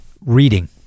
reading